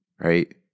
right